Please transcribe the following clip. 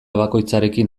bakoitzarekin